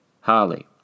Harley